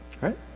Right